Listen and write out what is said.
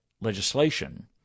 legislation